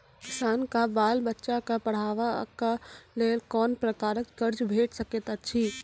किसानक बाल बच्चाक पढ़वाक लेल कून प्रकारक कर्ज भेट सकैत अछि?